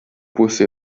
pusi